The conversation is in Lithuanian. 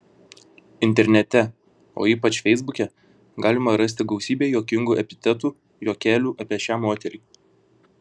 internete o ypač feisbuke galima rasti gausybę juokingų epitetų juokelių apie šią moterį